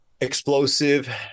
explosive